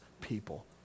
people